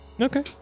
Okay